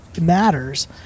matters